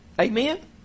amen